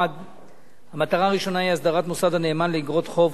1. הסדרת מוסד הנאמן לאיגרות חוב,